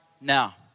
now